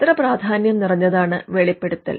എത്ര പ്രാധാന്യം നിറഞ്ഞതാണ് വെളിപ്പെടുത്തൽ